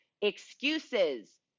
excuses